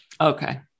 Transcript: okay